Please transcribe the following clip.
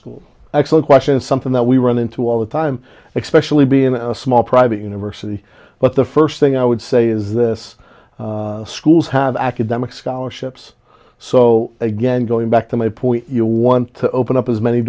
school excellent question something that we run into all the time especially being a small private university but the first thing i would say is this schools have academic scholarships so again going back to my point you want to open up as many